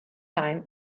time